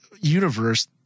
universe